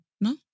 No